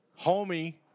homie